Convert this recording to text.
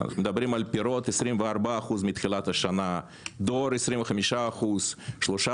מדברים על פירות 24% מתחילת השנה; דואר 25%; ביצים